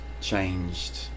changed